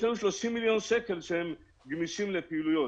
יש לנו 30 מיליון שקל שהם גמישים לפעילויות.